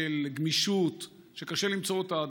של גמישות שקשה למצוא אותה.